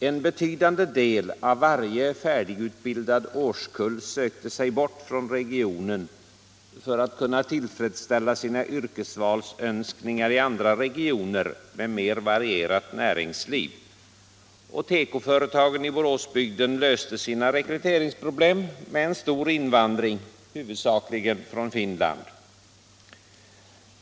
En betydande del av varje färdigutbildad årskull sökte sig bort från regionen för att kunna tillfredsställa sina yrkesvalsönskningar i andra regioner med mer varierat näringsliv, och tekoföretagen i Boråsbygden löste sina rekryteringsproblem med en stor invandring, huvudsakligen från Finland.